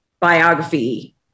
biography